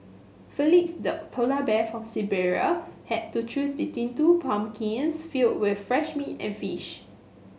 Felix the polar bear from Siberia had to choose between two pumpkins filled with fresh meat and fish